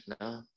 no